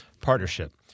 Partnership